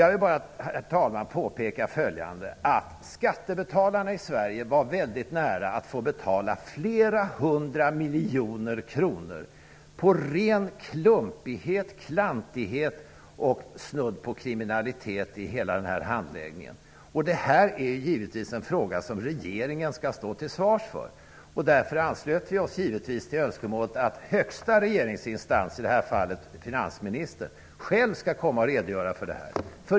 Jag vill påpeka följande: Det var väldigt nära att skattebetalarna i Sverige fick betala flera hundra miljoner kronor av ren klumpighet, klantighet och snudd på kriminalitet i den här handläggningen. Det här är givetvis en fråga som regeringen skall stå till svars för. Av den anledningen anslöt vi oss också till önskemålet att högsta regeringsinstans, i det här fallet finansministern, själv skall komma till riksdagen och redogöra för frågan.